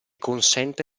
consente